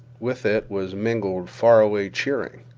with it was mingled far-away cheering.